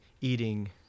eating